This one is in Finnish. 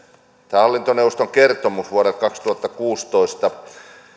hallintoneuvoston kertomuksesta vuodelta kaksituhattakuusitoista